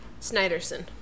Snyderson